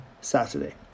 Saturday